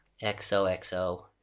XOXO